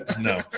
No